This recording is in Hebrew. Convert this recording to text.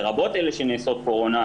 לרבות אלה שעוסקות בקורונה,